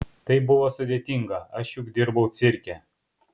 tai buvo sudėtinga aš juk dirbau cirke